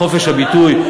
חופש הביטוי,